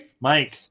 mike